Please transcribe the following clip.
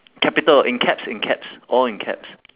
capital in caps in caps all in caps